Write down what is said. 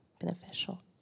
beneficial